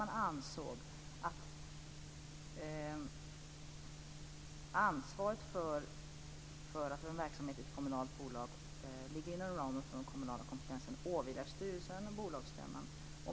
Man ansåg att ansvaret för att verksamheten i ett kommunalt bolag ligger inom ramen för den kommunala kompetensen åvilar styrelsen och bolagsstämman.